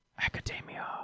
Academia